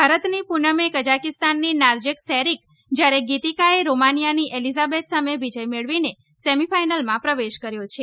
ભારતની પૂનમે કજાકિસ્તાનની નાર્જેક સેરીક જ્યારે ગીતીકાએ રોમાનિયાની એલીઝાબેથ સામે વિજય મેળવીને સેમિફાઈનલમાં પ્રવેશ કર્યો છે